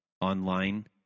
online